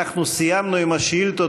אנחנו סיימנו עם השאילתות.